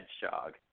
Hedgehog